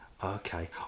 Okay